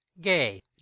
gay